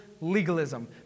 legalism